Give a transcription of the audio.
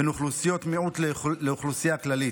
בין אוכלוסיות מיעוט לאוכלוסייה הכללית.